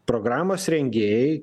programos rengėjai